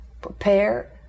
prepare